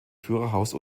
führerhaus